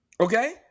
okay